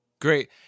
Great